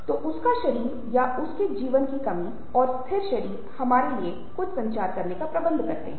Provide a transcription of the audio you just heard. तो उसका शरीर या उसके जीवन की कमी और स्थिर शरीर हमारे लिए कुछ संचार करने का प्रबंधन करता है